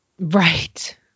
Right